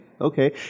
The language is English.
okay